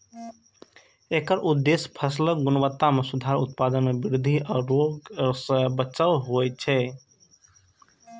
एकर उद्देश्य फसलक गुणवत्ता मे सुधार, उत्पादन मे वृद्धि आ रोग सं बचाव होइ छै